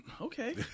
Okay